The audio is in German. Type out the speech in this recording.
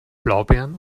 blaubeeren